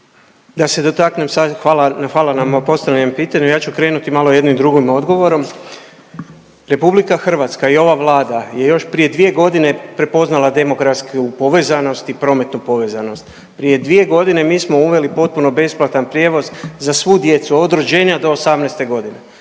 Da se dotaknem sad hvala na postavljenom pitanju. Ja ću krenuti malo jednim i drugim odgovorom. Republika Hrvatska i ova Vlada je još prije 2 godine prepoznala demografsku povezanost i prometnu povezanost. Prije dvije godine mi smo uveli potpuno besplatan prijevoz za svu djecu od rođenja do 18 godine.